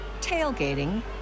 tailgating